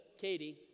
Katie